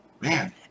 man